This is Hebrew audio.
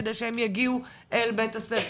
כדי שהם יגיעו אל בית הספר,